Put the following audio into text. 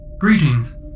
Greetings